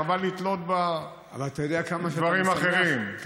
חבל לתלות בה דברים אחרים.